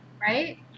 Right